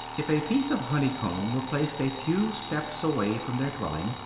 if a piece of honeycomb were placed a few steps away from their dwelling,